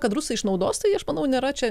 kad rusai išnaudos tai aš manau nėra čia